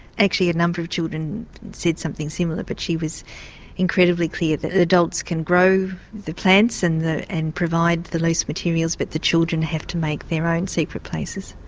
actually a number of children said something similar but she was incredibly clear that adults can grow the plants and and provide the loose materials, but the children have to make their own secret places.